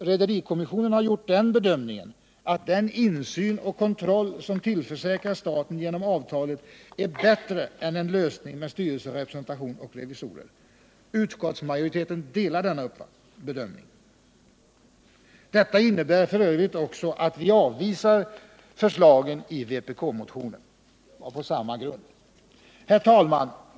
Rederikommissionen har gjort bedömningen att den insyn och kontroll som tillförsäkrats staten genom avtalet är bättre än en lösning med styrelserepresentation och revisorer. Utskottsmajoriteten instämmer i denna bedömning. Detta innebär f. ö. också att vi avvisar förslagen i vpk-motionen — på samma grund. Herr talman!